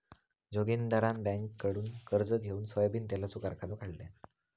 जोगिंदरान बँककडुन कर्ज घेउन सोयाबीन तेलाचो कारखानो काढल्यान